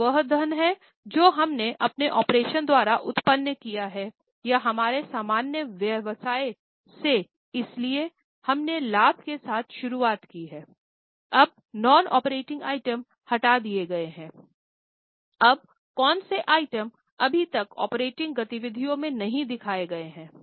यह वह धन है जो हमने अपने ऑपरेशन द्वारा उत्पन्न किया है या हमारे सामान्य व्यवसाय से इसलिए हमने लाभ के साथ शुरुआत की है अब नॉन ऑपरेटिंगगतिविधियों में नहीं दिखाए गए हैं